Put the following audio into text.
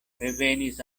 revenis